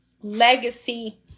legacy